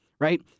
Right